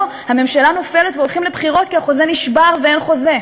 הממשלה נופלת והולכים לבחירות כי החוזה נשבר ואין חוזה.